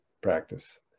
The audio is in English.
practice